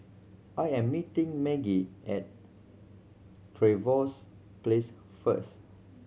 I am meeting Maggie at Trevose Place first